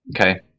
Okay